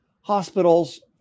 hospitals